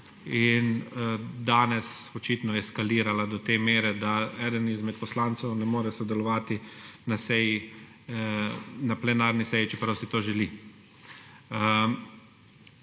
in danes očitno eskalirala do te mere, da eden izmed poslancev ne more sodelovati na plenarni seji, čeprav si to želi.